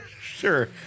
Sure